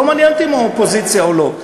לא מעניין אותי אם הוא מהאופוזיציה או לא.